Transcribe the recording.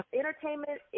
entertainment